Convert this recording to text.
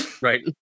right